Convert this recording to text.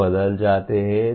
सब बदल जाते हैं